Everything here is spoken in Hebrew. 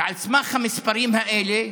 ועל סמך המספרים האלה,